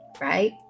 Right